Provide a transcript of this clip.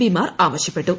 പിമാർ ആവശ്യപ്പെട്ടു